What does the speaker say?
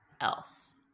else